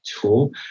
tool